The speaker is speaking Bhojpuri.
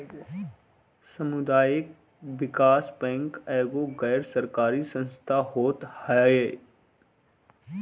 सामुदायिक विकास बैंक एगो गैर सरकारी संस्था होत हअ